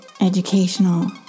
educational